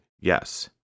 yes